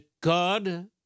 God